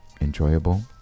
enjoyable